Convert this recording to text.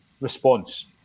response